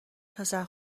پسر